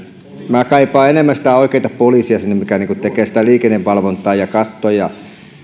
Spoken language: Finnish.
minä kaipaan enemmän sitä oikeata poliisia sinne mikä tekee sitä liikennevalvontaa katsoo ja